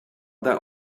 that